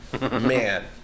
Man